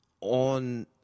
on